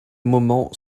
moment